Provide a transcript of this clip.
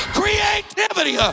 creativity